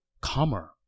calmer